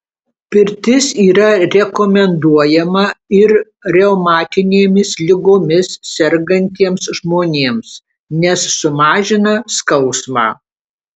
pirtis yra rekomenduojama ir reumatinėmis ligomis sergantiems žmonėms nes sumažina skausmą